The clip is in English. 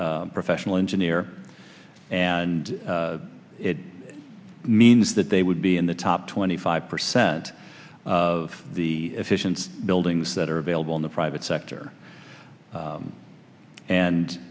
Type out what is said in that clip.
professional engineer and it means that they would be in the top twenty five percent of the efficient buildings that are available in the private sector